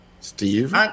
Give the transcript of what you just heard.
Steve